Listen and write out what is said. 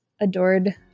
adored